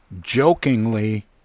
jokingly